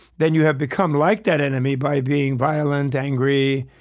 then you have become like that enemy by being violent, angry,